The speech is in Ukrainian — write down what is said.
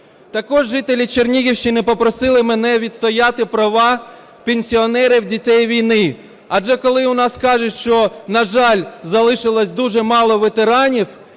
Також жителі Чернігівщини попросили мене відстояти права пенсіонерів дітей війни. Адже коли у нас кажуть, що, на жаль, залишилось дуже мало ветеранів,